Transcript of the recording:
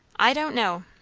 i don't know!